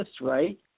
right